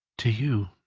to you,